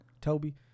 Toby